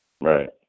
Right